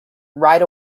right